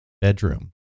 bedroom